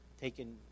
taken